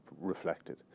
reflected